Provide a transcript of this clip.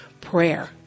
prayer